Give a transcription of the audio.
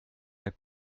der